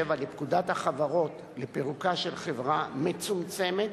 לפקודת החברות לפירוקה של חברה מצומצמת,